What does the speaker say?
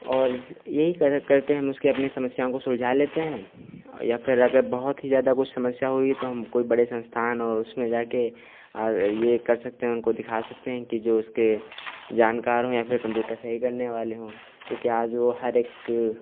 और जैसे यही कर करके हम उसके अपनी समस्याओं को सुलझा लेते हैं और या फिर अगर बहुत ही ज़्यादा कोई समस्या हुई तो हम कोई बड़े संस्थान और उसमें जाके ये कर सकते हैं उनको दिखा सकते हैं कि जो उसके जानकार हों या फिर कम्पूटर सही करने वाले हों क्योंकि आज वो हर एक